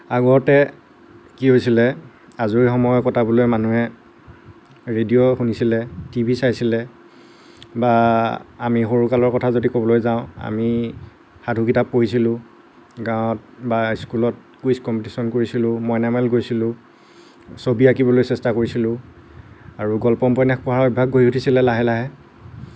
আগতে কি হৈছিলে আজৰি সময় কটাবলৈ মানুহে ৰেডিঅ' শুনিছিলে টিভি চাইছিলে বা আমি সৰুকালৰ কথা যদি ক'বলৈ যাওঁ আমি সাধু কিতাপ পঢ়িছিলোঁ গাঁৱত বা স্কুলত কুইজ কম্পিটিচন কৰিছিলোঁ মইনামেল কৰিছিলোঁ ছবি আঁকিবলৈ চেষ্টা কৰিছিলোঁ আৰু গল্প উপন্যাস পঢ়াৰ অভ্যাস গঢ়ি উঠিছিলে লাহে লাহে